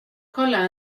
kolla